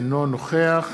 אינו נוכח